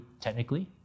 technically